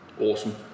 Awesome